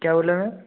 क्या बोला मैम